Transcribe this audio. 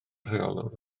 rheolwr